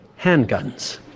handguns